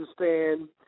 understand